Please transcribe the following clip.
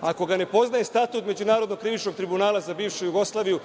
Ako ga ne poznaje Statut Međunarodnog krivičnog tribunala za bivšu Jugoslaviju,